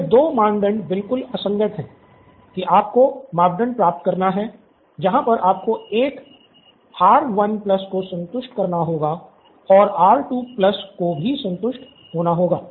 यह दो मानदंड बिल्कुल असंगत हैं कि आपको मापदंड प्राप्त करना हैं जहां पर आपको एक आर वन प्लस को संतुष्ट करना होगा और आर टु प्लस को भी संतुष्ट होना होगा